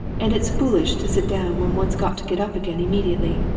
and it's foolish to sit down when one's got to get up again immediately.